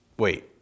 Wait